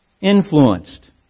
Influenced